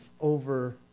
over